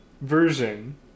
version